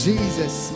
Jesus